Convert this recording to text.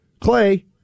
Clay